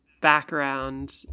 background